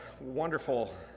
wonderful